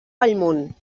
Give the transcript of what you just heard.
bellmunt